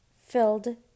filled